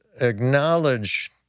acknowledge